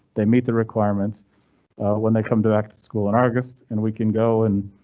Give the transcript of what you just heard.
they meet the requirements when they come to back to school in august and we can go and.